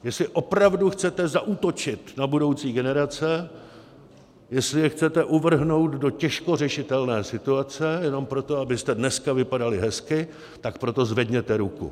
Jestli opravdu chcete zaútočit na budoucí generace, jestli je chcete uvrhnout do těžko řešitelné situace jenom proto, abyste dneska vypadali hezky, tak pro to zvedněte ruku.